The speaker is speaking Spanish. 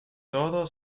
todo